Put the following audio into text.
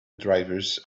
drivers